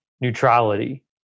neutrality